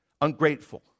Ungrateful